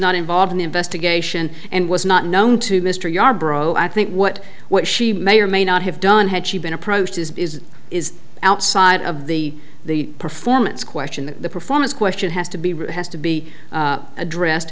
not involved in the investigation and was not known to mr yarbrough i think what what she may or may not have done had she been approached is is is outside of the the performance question that the performance question has to be has to be addressed